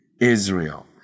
Israel